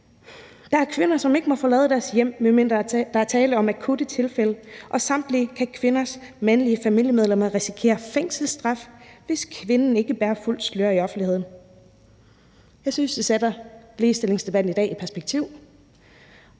Der er kvinder, som ikke må forlade deres hjem, medmindre der er tale om akutte tilfælde, og samtidig kan kvinders mandlige familiemedlemmer risikere fængselsstraf, hvis kvinden ikke bærer fuldt slør i offentligheden. Jeg synes, det sætter ligestillingsdebatten i dag i perspektiv.